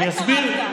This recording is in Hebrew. אתה לא התערבת.